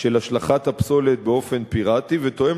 של השלכת הפסולת באופן פיראטי ותואם